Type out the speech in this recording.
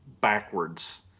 backwards